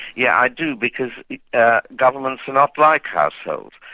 yeah, i do, because governments are not like households.